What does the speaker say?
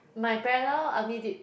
my parallel I only did